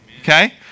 okay